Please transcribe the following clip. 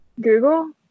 Google